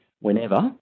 whenever